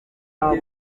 hari